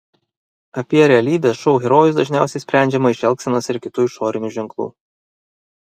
apie realybės šou herojus dažniausiai sprendžiama iš elgsenos ir kitų išorinių ženklų